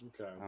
okay